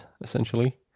essentially